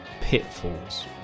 pitfalls